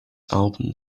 album